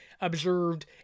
observed